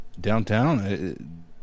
Downtown